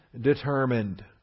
determined